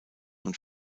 und